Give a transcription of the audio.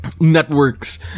networks